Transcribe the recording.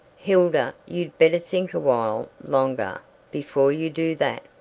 hilda you'd better think a while longer before you do that.